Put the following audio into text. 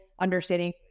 Understanding